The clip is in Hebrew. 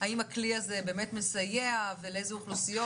והאם הכלי הזה באמת מסייע ולאיזה אוכלוסיות.